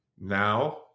now